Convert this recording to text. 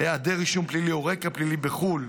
היעדר אישור פלילי או רקע פלילי בחו"ל.